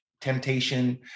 temptation